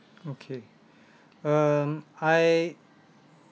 okay um I